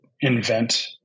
invent